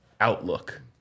outlook